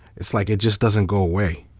it's like it just doesn't go away.